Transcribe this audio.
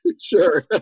Sure